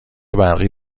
برقی